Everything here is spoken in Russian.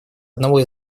одного